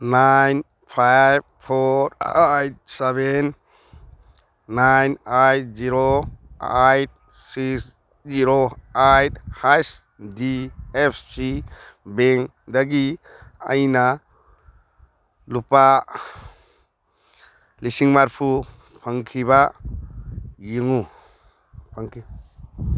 nine five four eight seven nine eight zero eight six zero eight S D F C ꯕꯦꯡꯗꯒꯤ ꯑꯩꯅ ꯂꯨꯄꯥ ꯂꯤꯁꯤꯡ ꯃꯔꯤꯐꯨ ꯐꯪꯈꯤꯕ ꯌꯦꯡꯉꯨ